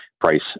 price